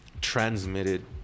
transmitted